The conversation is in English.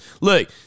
Look